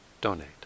donate